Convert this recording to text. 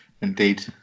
Indeed